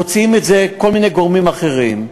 מוציאים את זה כל מיני גורמים אחרים.